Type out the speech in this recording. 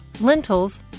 lentils